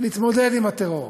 ונתמודד עם הטרור,